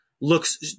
Looks